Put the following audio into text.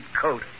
coat